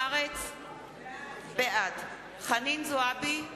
בעד חנין זועבי,